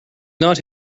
not